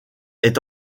est